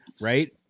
right